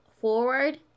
forward